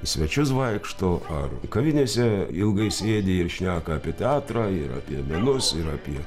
į svečius vaikšto ar kavinėse ilgai sėdi ir šneka apie teatrą ir apie menus ir apie